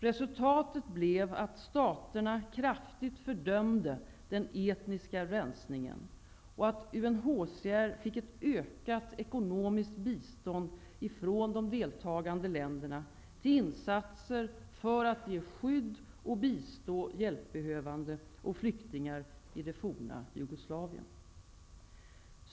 Resultatet blev att staterna kraftigt fördömde den etniska rensningen och att UNHCR fick ett ökat ekonomiskt bistånd från de deltagande länderna till insatser för att ge skydd och bistå hjälpbehövande och flyktingar i det forna Jugoslavien.